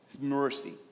mercy